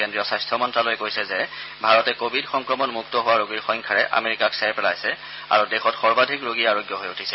কেজ্ৰীয় স্বাস্থ্য মন্তালয়ে কৈছে যে ভাৰতে কোৱিড সংক্ৰমণ মুক্ত হোৱা ৰোগীৰ সংখ্যাৰে আমেৰিকাক চেৰ পেলাইছে আৰু দেশত সৰ্বাধিক ৰোগী আৰোগ্য হৈ উঠিছে